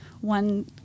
one